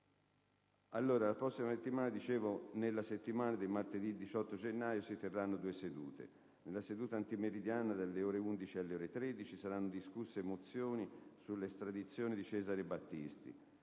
La prossima settimana, nella giornata di martedì 18 gennaio si terranno due sedute: nella seduta antimeridiana, dalle ore 11 alle ore 13, saranno discusse mozioni sull'estradizione di Cesare Battisti;